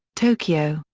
tokyo,